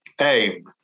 aim